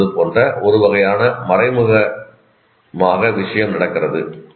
'என்பது போன்ற ஒரு வகையான மறைமுகமாக விஷயம் நடக்கிறது